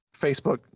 Facebook